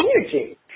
energy